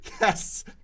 Yes